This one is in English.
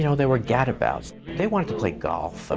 you know they were gad abouts. they wanted to play golf, ah